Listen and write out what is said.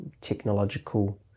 technological